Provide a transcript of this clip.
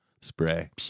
spray